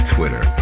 Twitter